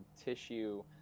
Tissue